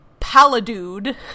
Paladude